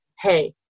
hey